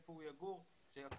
היכן הוא גר וכולי.